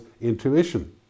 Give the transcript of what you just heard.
intuition